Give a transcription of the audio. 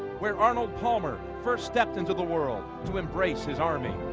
where arnold palmer first stepped into the world to embrace his army.